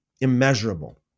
immeasurable